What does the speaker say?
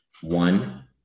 one